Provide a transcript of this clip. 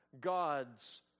God's